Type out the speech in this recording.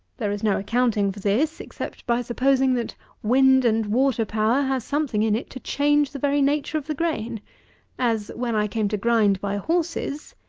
there is no accounting for this, except by supposing that wind and water power has something in it to change the very nature of the grain as, when i came to grind by horses,